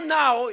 now